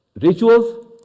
Rituals